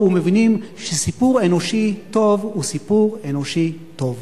ומבינים שסיפור אנושי טוב הוא סיפור אנושי טוב.